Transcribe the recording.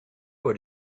what